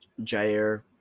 Jair